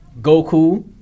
Goku